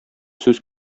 сүз